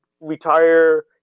retire